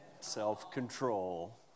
self-control